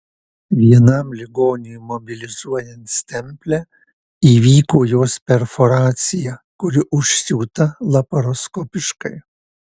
vienam ligoniui mobilizuojant stemplę įvyko jos perforacija kuri užsiūta laparoskopiškai